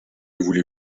voulez